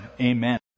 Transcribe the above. amen